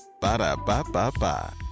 Ba-da-ba-ba-ba